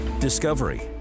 Discovery